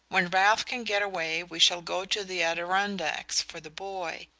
when ralph can get away we shall go to the adirondacks for the boy.